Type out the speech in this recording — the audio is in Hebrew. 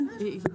כן.